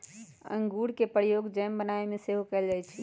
इंगूर के प्रयोग जैम बनाबे में सेहो कएल जाइ छइ